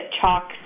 chalk